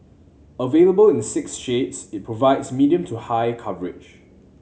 available in six shades it provides medium to high coverage